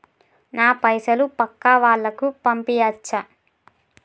నా పైసలు పక్కా వాళ్ళకు పంపియాచ్చా?